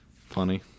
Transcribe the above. funny